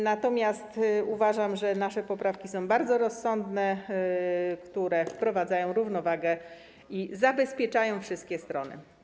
Natomiast uważam, że nasze poprawki są bardzo rozsądne, wprowadzają równowagę i zabezpieczają wszystkie strony.